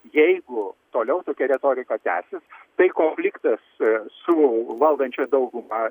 jeigu toliau tokia retorika tęsis tai konfliktas su valdančiaja dauguma